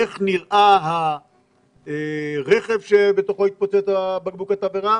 איך נראה הרכב שבתוכו התפוצץ בקבוק התבערה